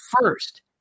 First